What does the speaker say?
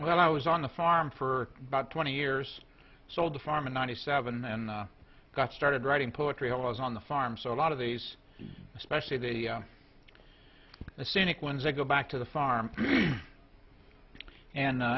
when i was on the farm for about twenty years sold the farm in ninety seven and got started writing poetry i was on the farm so a lot of these especially the the scenic ones i go back to the farm and